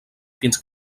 fins